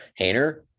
Hayner